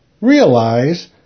Realize